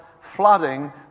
flooding